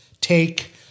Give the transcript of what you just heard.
take